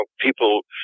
People